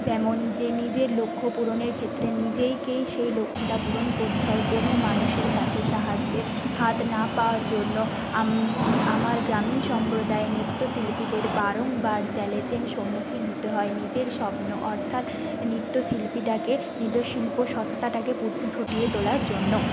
যেমন যে নিজের লক্ষ্য পূরণের ক্ষেত্রে নিজেকেই সেই লক্ষ্যটা পূরণ করতে হয় কোনো মানুষের কাছে সাহায্যের হাত না পাওয়ার জন্য আমার গ্রামীণ সম্প্রদায় নৃত্য শিল্পীদের বারংবার চ্যালেঞ্জের সম্মুখীন হতে হয় নিজের স্বপ্ন অর্থাৎ নৃত্য শিল্পীটাকে নিজের শিল্পসত্তাটাকে ফুটিয়ে তোলার জন্য